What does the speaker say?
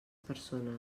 persones